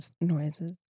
noises